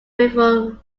river